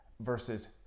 versus